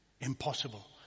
Impossible